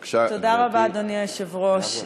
בבקשה, גברתי.